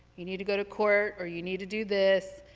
you need to go to court or you need to do this,